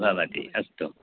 भवति अस्तु